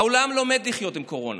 העולם לומד לחיות עם קורונה,